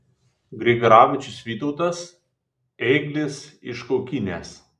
grigaravičius vytautas ėglis iš kaukinės